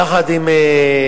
יחד עם האוצר,